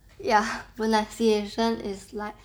ya pronunciation is like